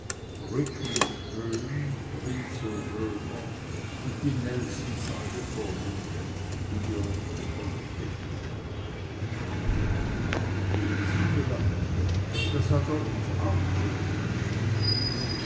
schön windsor schöner und die nelsonsäule vor mir ihr v st melusine lachte das hat er uns auch telegraphiert